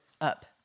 up